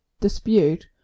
dispute